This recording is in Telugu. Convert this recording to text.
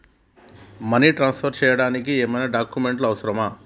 మనీ ట్రాన్స్ఫర్ చేయడానికి ఏమైనా డాక్యుమెంట్స్ అవసరమా?